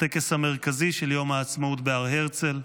בטקס המרכזי של יום העצמאות בהר הרצל.